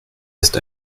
ist